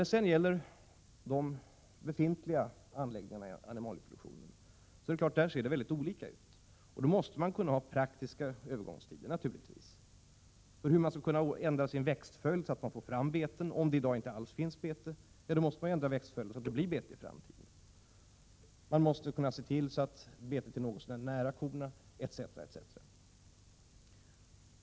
Det är klart att förhållandena vid de befintliga anläggningarna inom animalieproduktionen är mycket olika. Därför måste man naturligtvis ha tidsgränser inom vilka en övergång är praktiskt möjlig. Hur skall man kunna ändra sin växtföljd så, att man får fram beten om det i dag inte finns några beten alls? Då måste man ju verkligen ändra växtföljden, så att det blir bete i framtiden. Man måste vidare kunna se till att betet finns i något så när nära anslutning till korna etc.